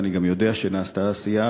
ואני גם יודע שנעשתה עשייה,